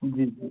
जी जी